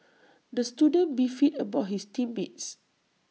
the student beefed about his team mates